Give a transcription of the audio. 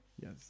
yes